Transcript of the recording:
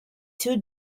two